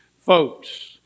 folks